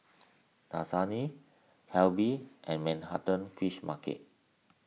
Dasani Calbee and Manhattan Fish Market